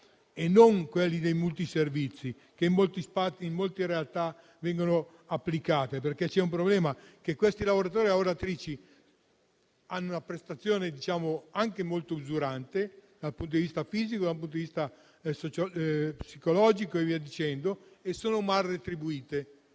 e non quelli dei multiservizi, che in molte realtà vengono applicati. Il problema è che questi lavoratori e lavoratrici hanno una prestazione anche molto usurante, dal punto di vista fisico e psicologico, e sono mal retribuiti: